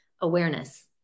awareness